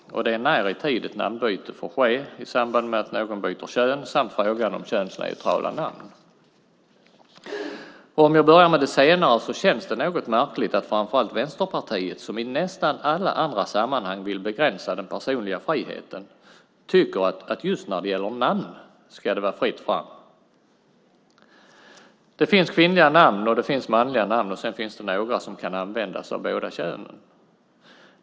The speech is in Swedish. Det är när i tid ett namnbyte får ske i samband med att någon byter kön och frågan om könsneutrala namn. Jag börjar med den senare. Det känns något märkligt att framför allt Vänsterpartiet, som i nästan alla andra sammanhang vill begränsa den personliga friheten, tycker att just när det gäller namn ska det vara fritt fram. Det finns kvinnliga namn, och det finns manliga namn. Sedan finns det några som kan användas av båda könen.